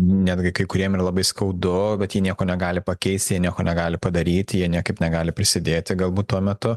netgi kai kuriem yra labai skaudu kad jie nieko negali pakeist jie nieko negali padaryt jie niekaip negali prisidėti galbūt tuo metu